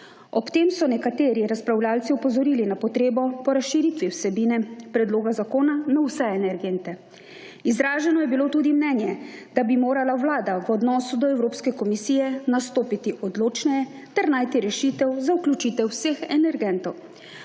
Ob tem so nekateri razpravljavci opozorili na potrebo po razširitvi vsebine Predloga zakona na vse energente. Izraženo je bilo tudi mnenje, da bi morala Vlada v odnosu do Evropske komisije nastopiti odločneje ter najti rešitev za vključitev vseh energentov.